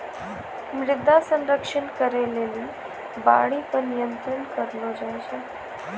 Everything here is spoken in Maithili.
मृदा संरक्षण करै लेली बाढ़ि पर नियंत्रण करलो जाय छै